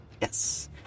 Yes